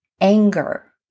anger